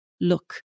look